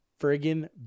friggin